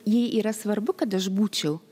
jai yra svarbu kad aš būčiau